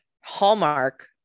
Hallmark